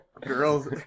girls